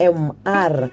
mr